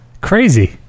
crazy